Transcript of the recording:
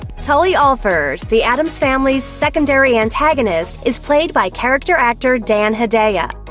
tully alford, the addams family's secondary antagonist, is played by character actor dan hedaya.